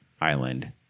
island